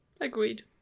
Agreed